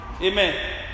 Amen